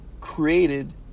created